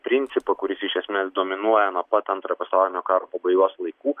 principą kuris iš esmės dominuoja nuo pat antrojo pasaulinio karo pabaigos laikų